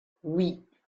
oui